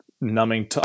numbing